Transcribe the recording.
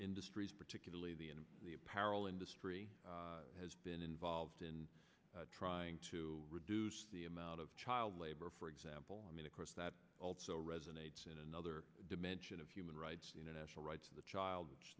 industries particularly the in the apparel industry has been involved in trying to reduce the amount of child labor for example i mean of course that also resonates in another dimension of human rights the international rights of the child